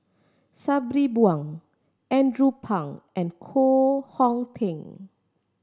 Sabri Buang Andrew Phang and Koh Hong Teng